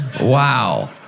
Wow